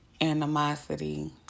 animosity